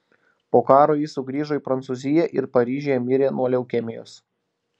po karo ji sugrįžo į prancūziją ir paryžiuje mirė nuo leukemijos